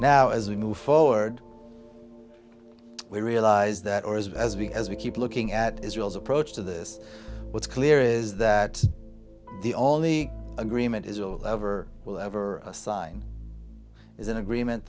now as we move forward we realize that or is it as we as we keep looking at israel's approach to this what's clear is that the only agreement israel ever will ever assign is an agreement